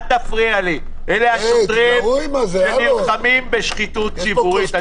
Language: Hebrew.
אלה השוטרים שנלחמים בשחיתות ציבורית.